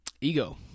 ego